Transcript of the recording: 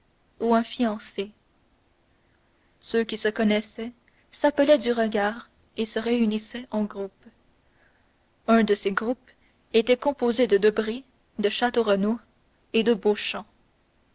ou un fiancé ceux qui se connaissaient s'appelaient du regard et se réunissaient en groupes un de ces groupes était composé de debray de château renaud et de